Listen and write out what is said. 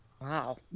Wow